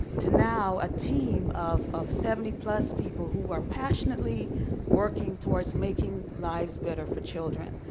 to now a team of of seventy plus people who are passionately working towards making lives better for children.